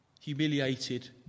humiliated